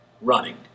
running